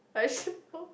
I suppose